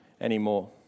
anymore